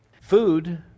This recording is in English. Food